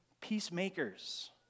peacemakers